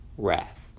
wrath